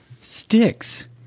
sticks